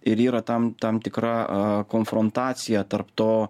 ir yra tam tam tikra a konfrontacija tarp to